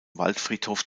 waldfriedhof